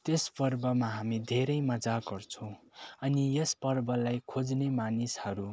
त्यस पर्वमा हामी धेरै मज्जा गर्छौँ अनि यस पर्वलाई खोज्ने मानिसहरू